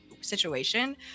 Situation